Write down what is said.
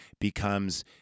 becomes